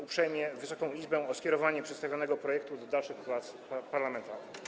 Uprzejmie proszę Wysoką Izbę o skierowanie przedstawionego projektu do dalszych prac parlamentarnych.